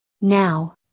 now